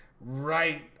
right